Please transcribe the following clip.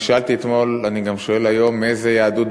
אני שאלתי אתמול ואני גם שואל היום: מאיזו יהדות